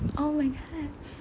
oh my god